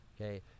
okay